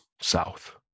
South